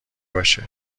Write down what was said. باشه